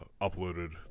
uploaded